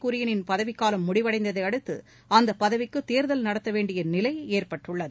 குரியனின் பதவிக்காலம் முடிவடைந்ததை அடுத்து அந்தப் பதவிக்கு தேர்தல் நடத்த வேண்டிய நிலை ஏற்பட்டுள்ளது